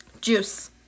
juice